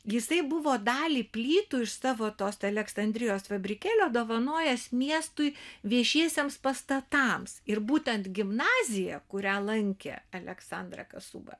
jisai buvo dalį plytų iš savo tos aleksandrijos fabrikėlio dovanojęs miestui viešiesiems pastatams ir būtent gimnazija kurią lankė aleksandra kasuba